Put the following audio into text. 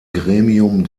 gremium